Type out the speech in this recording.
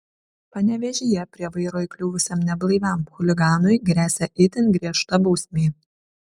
panevėžyje prie vairo įkliuvusiam neblaiviam chuliganui gresia itin griežta bausmė